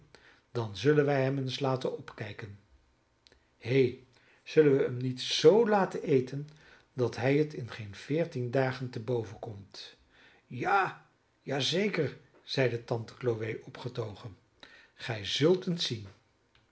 dan zullen wij hem eens laten opkijken he zullen we hem niet zoo laten eten dat hij het in geen veertien dagen te boven komt ja ja zeker zeide tante chloe opgetogen gij zult eens zien